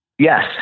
Yes